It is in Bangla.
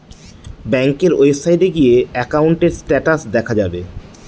ব্যাঙ্কের ওয়েবসাইটে গিয়ে একাউন্টের স্টেটাস দেখা যাবে